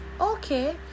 okay